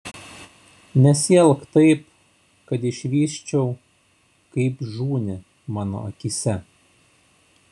nesielk taip kad išvysčiau kaip žūni mano akyse